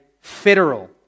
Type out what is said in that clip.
federal